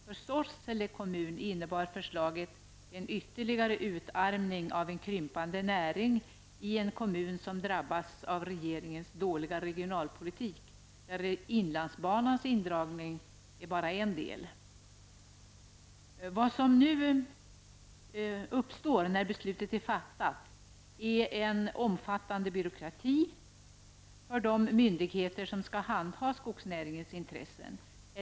För Sorsele kommun innebar förslaget en ytterligare utarmning av en krympande näring i en kommun som drabbas av regeringens dåliga regionalpolitik, där inlandsbanans indragning är bara en del. Vad som uppstod sedan beslutet fattats, är en omfattande byråkrati för de myndigheter som skall handa skogsnäringens intressen.